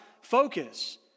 focus